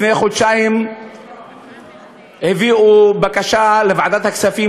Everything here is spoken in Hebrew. לפני חודשיים הביאו בקשה לוועדת הכספים,